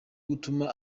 gutuma